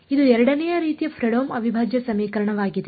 ಇದು ಎರಡನೇ ರೀತಿಯ ಫ್ರೆಡ್ಹೋಮ್ ಅವಿಭಾಜ್ಯ ಸಮೀಕರಣವಾಗಿದೆ